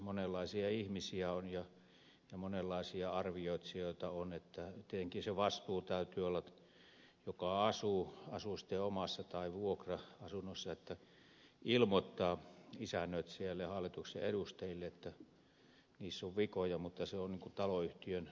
monenlaisia ihmisiä on ja monenlaisia arvioitsijoita tietenkin se vastuu täytyy olla asuu sitten omassa tai vuokra asunnossa että ilmoittaa isännöitsijälle ja hallituksen edustajille että on vikoja mutta taloyhtiön on järjestettävä se korjaus